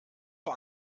war